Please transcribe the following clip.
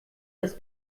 das